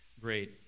great